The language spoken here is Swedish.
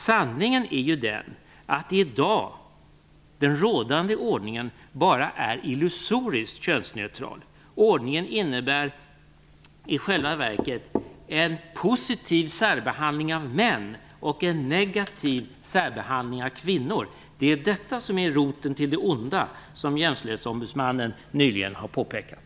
Sanningen är ju den att den rådande ordningen i dag bara är illusoriskt könsneutral. Ordningen innebär i själva verket en positiv särbehandling av män och en negativ särbehandling av kvinnor. Det är detta som är roten till det onda, som jämställdhetsombudsmannen nyligen har påpekat.